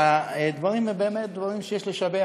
והדברים הם באמת דברים שיש לשבח,